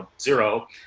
zero